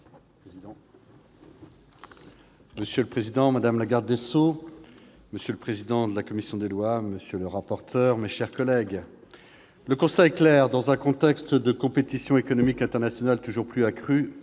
Monsieur le président, madame la garde des sceaux, monsieur le président de la commission des lois, monsieur le rapporteur, mes chers collègues, le constat est clair : dans un contexte de compétition économique internationale toujours accrue,